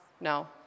no